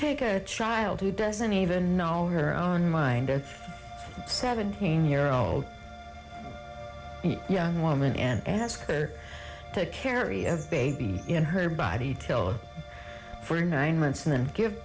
take a child who doesn't even know her own mind a seventeen year old young woman and ask her to carry a baby in her body to kill for nine months and then give